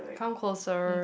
come closer